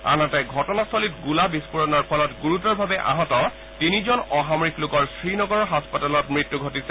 আনহাতে ঘটনাস্থলীত গোলা বিস্ফোৰণৰ ফলত গুৰুতৰভাৱে আহত তিনিজন অসামৰিক লোকৰ শ্ৰীনগৰ হাস্পতালত মৃত্যু ঘটিছে